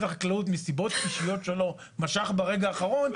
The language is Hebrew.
החקלאות מסיבות אישיות שלו משך ברגע האחרון,